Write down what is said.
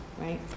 right